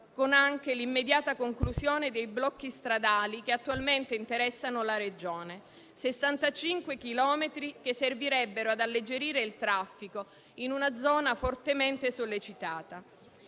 con anche l'immediata conclusione dei blocchi stradali che attualmente interessano la Regione. Si tratterebbe di 65 chilometri che servirebbero ad alleggerire il traffico in una zona fortemente sollecitata.